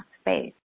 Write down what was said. space